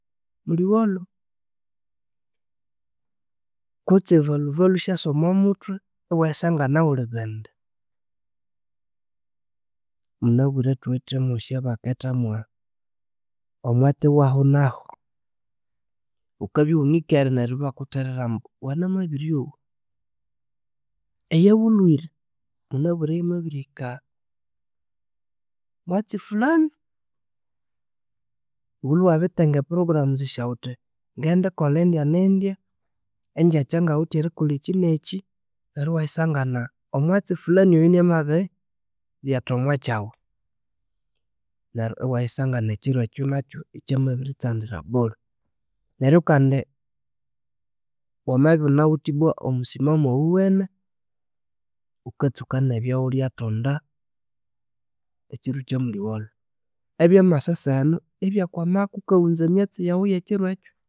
Mulhiwolho kutse evalhuvalhu syasa omwamuthwe iwayisangana wulhi bindi. Munabire thuwithemu esyabaketha mwu omwatsi wahunahu. Wukabya iwunikere neryo ibakutherera ambu wanamabiryowa, eyawulhwire munabwire yamabirihika mwatsi fulani. Wulhwe wabirithenga programs syawu wuthi ngedikolha indya nindya engyakya ngawithe erikolha ekyinekyi, neryo iwayisangana omwatsi fulani oyo inamabirilyatha omwakyawu. Neryo iwayisangana ekyiro ekyo nakyo ikyamabiritsandira bule. Neryo kandi wamabya iwunawithe omusimamu owuwene wukatsuka nebyo wulyathonda ekyiro kyamulhiwolho. Ebyamasa seheno ibyakwamako wukawunza emyatsi yawu eyakiro ekyo